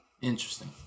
interesting